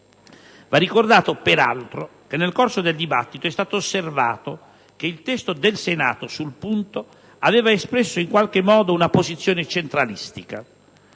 Va ricordato peraltro che nel corso del dibattito è stato osservato che il testo del Senato sul punto aveva espresso in qualche modo una posizione centralistica.